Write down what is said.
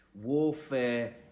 warfare